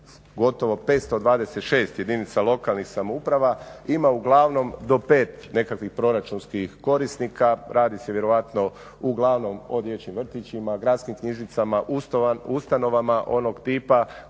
gotovo 526 jedinica lokalnih samouprava ima uglavnom do 5 nekakvih proračunskih korisnika, radi se vjerojatno uglavnom o dječjim vrtićima, gradskim knjižnicama, ustanovama onog tipa